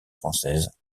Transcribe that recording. française